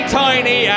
tiny